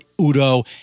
Udo